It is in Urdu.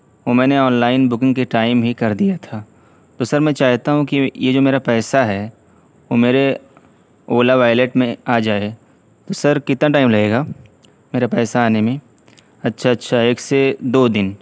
وہ میں نے آن لائن بکنگ کے ٹائم ہی کر دیا تھا تو سر میں چاہتا ہوں کہ یہ جو میرا پیسہ ہے وہ میرے اولا وائلیٹ میں آ جائے تو سر کتنا ٹائم لگے گا میرا پیسہ آنے میں اچھا اچھا ایک سے دو دن